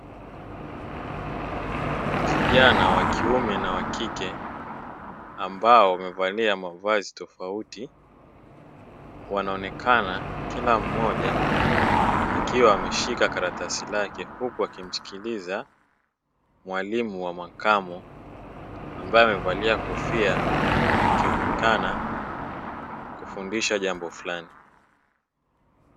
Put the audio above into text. Kijana wa kiume na wa kike ambao wamevalia mavazi tofauti wanaonekana kila mmoja akiwa ameshika karatasi lake, huku akimsikiliza mwalimu wa makamu ambaye amevalia kofia akilikana kufundisha jambo fulani.